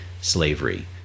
slavery